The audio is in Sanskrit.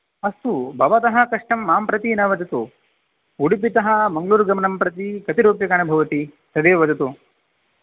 अस्तु भवतः कष्टं मां प्रति न वदतु उडुपितः मङ्गळूरुगमनं प्रति कति रूप्यकाणि भवति तदेव वदतु